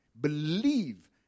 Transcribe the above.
Believe